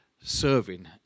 serving